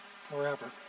forever